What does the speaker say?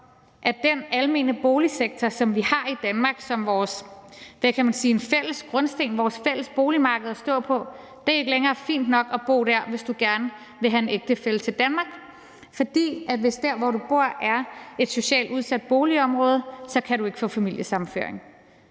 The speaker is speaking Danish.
om den almene boligsektor, som vi har som vores fælles boligmarked, vores fælles grundsten at stå på i Danmark, ikke længere er fin nok at bo i, hvis du gerne vil have en ægtefælle til Danmark. For hvis det sted, hvor du bor, er et socialt udsat boligområde, kan du ikke få familiesammenføring.